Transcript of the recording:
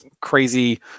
crazy